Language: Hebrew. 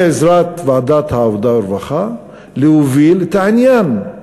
בעזרת ועדת העבודה והרווחה, להוביל את העניין.